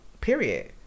Period